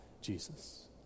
Jesus